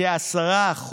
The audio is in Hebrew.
כ-10%.